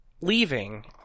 leaving